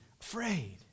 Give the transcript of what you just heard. afraid